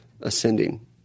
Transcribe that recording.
ascending